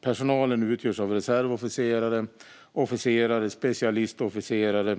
Personalen utgörs av reservofficerare, officerare, specialistofficerare,